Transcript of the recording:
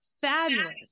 fabulous